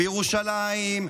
בירושלים,